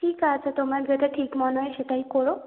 ঠিক আছে তোমার যেটা ঠিক মনে হয় সেটাই করো